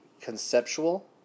conceptual